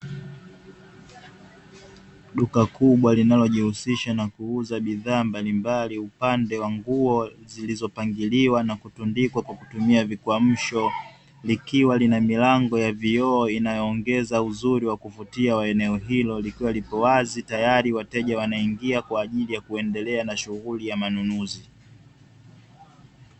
Duka kubwa linalojihusisha na kuuza bidhaa mbalimbali, upande wa nguo zilizopangiliwa na kutundikwa na kupangiliwa kwa kutumia vikwamsho likiwa lina milango ya vioo unayoongeza uzuri wa kuvutia wa eneo hilo, likiwa liko wazi tayari wateja wanaingia kwa ajili ya kuendelea na shughuli ya manunuzi.